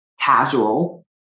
casual